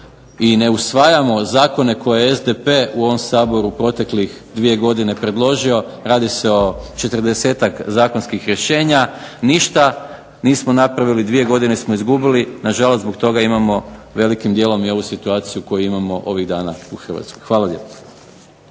i ne usvajamo zakone koje SDP u ovom Saboru u proteklih 2 godine predložio. Radi se o 40-ak zakonskih rješenja. Ništa nismo napravili, 2 godine smo izgubili. Nažalost, zbog toga imamo velikim dijelom i ovu situaciju koju imamo ovih dana u Hrvatskoj. Hvala lijepo.